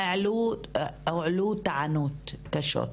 הועלו סקירות נרחבות,